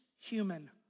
human